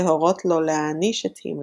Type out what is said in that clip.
להורות לו להעניש את הימלר.